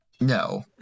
No